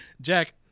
Jack